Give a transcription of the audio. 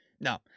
no